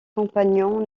compagnons